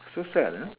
so sad ah